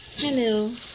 Hello